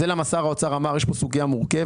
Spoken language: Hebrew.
זה למה שר האוצר אמר שיש כאן סוגיה מורכבת,